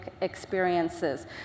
experiences